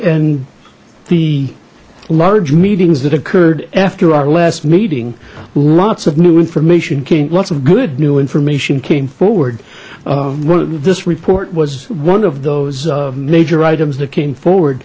nd the large meetings that occurred after our last meeting lots of new information came lots of good new information came forward well this report was one of those major items that came forward